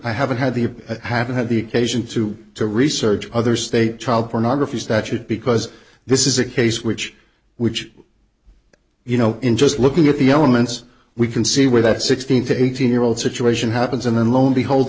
i haven't had the i haven't had the occasion to to research other state child pornography statute because this is a case which which you know in just looking at the elements we can see where that sixteen to eighteen year old situation happens and then lo